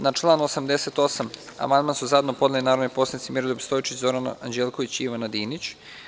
Na član 88. amandman su zajedno podneli narodni poslanici Miroljub Stojčić, Zoran Anđelković i Ivana Dinić.